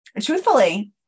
truthfully